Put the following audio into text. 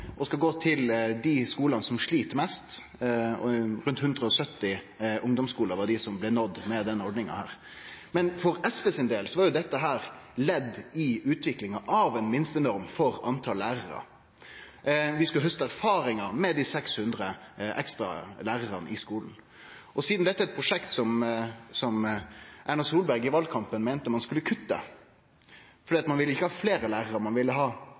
og som skal gå til dei skulane som slit mest. Rundt 170 ungdomsskular blei nådde med denne ordninga. For SV sin del var dette eit ledd i utviklinga av ei minstenorm for talet på lærarar. Vi skal hauste erfaringar med dei 600 ekstra lærarane i skulen. Sidan dette er eit prosjekt som Erna Solberg i valkampen meinte ein skulle kutte, fordi ho ikkje ville ha fleire lærarar, men betre lærarar, er mitt spørsmål – når ein